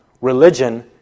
Religion